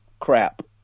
crap